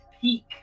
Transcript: peak